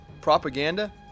Propaganda